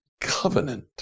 covenant